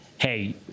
hey